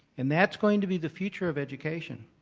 and that's going to be the future of education.